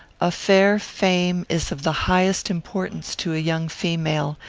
a fair fame is of the highest importance to a young female,